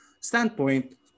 standpoint